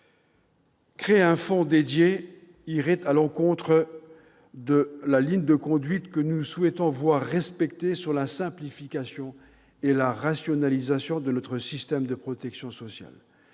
Créer un fonds dédié irait à l'encontre de la ligne de conduite que nous souhaitons voir respectée sur la simplification et la rationalisation de notre système de protection sociale.